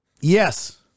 Yes